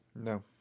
No